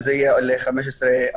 כך שזה יעלה ל-15%.